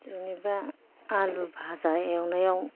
जेनेबा आलु भाजा एवनायाव